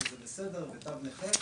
שזה בסדר ותו נכה,